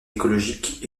écologique